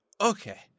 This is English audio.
Okay